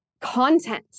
content